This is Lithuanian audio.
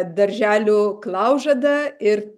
darželių klaužada ir